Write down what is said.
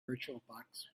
virtualbox